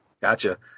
gotcha